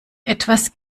etwas